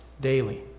daily